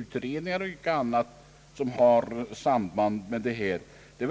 utredningar och annat som har samband med dessa konventioner.